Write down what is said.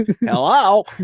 Hello